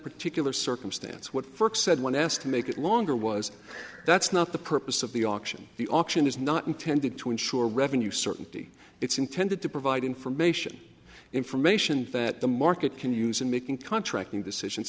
particular circumstance what said when asked to make it longer was that's not the purpose of the auction the auction is not intended to insure revenue certainty it's intended to provide information information that the market can use in making contracting decisions